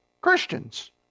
Christians